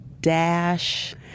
dash